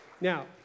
Now